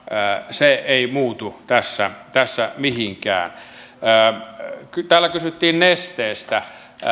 se ei muutu tässä tässä mihinkään täällä kysyttiin nesteestä